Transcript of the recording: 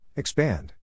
Expand